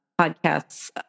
podcasts